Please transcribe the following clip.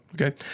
Okay